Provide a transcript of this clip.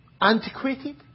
Antiquated